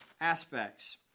aspects